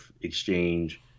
exchange